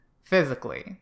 physically